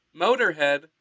motorhead